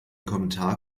kommentar